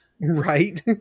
Right